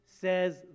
says